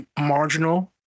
marginal